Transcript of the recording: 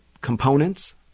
components